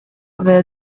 where